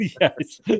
Yes